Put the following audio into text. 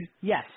Yes